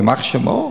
"יימח שמו".